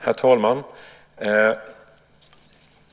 Herr talman!